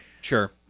Sure